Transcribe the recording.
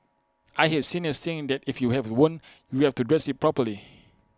I heard seniors saying that if you have A wound you have to dress IT properly